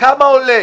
כמה עולה?